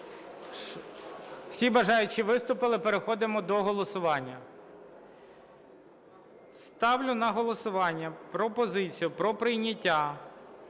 Всі бажаючі виступили, переходимо до голосування. Ставлю на голосування пропозицію про прийняття